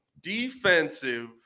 defensive